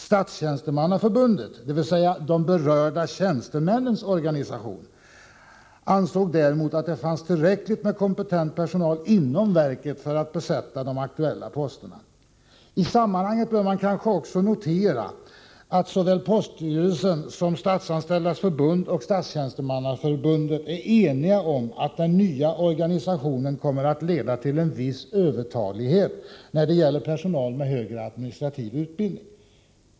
Statstjänstemannaförbundet, dvs. de berörda tjänstemännens organisation, ansåg däremot att det fanns tillräckligt med kompetent personal inom verket för att de aktuella posterna skulle kunna besättas. I sammanhanget bör man kanske också notera att såväl poststyrelsen som Statsanställdas förbund och Statsjänstemannaförbundet är eniga om att den nya organisationen kommer att leda till en viss övertalighet när det gäller personal med högre administrativ utbildning.